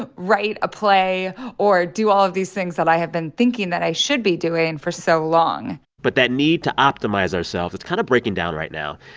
but write a play or do all of these things that i have been thinking that i should be doing for so long but that need to optimize ourselves it's kind of breaking down right now.